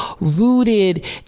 rooted